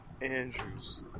Andrew's